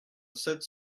sept